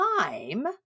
time